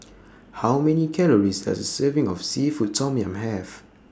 How Many Calories Does A Serving of Seafood Tom Yum Have